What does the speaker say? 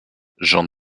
j’en